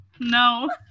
No